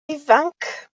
ifanc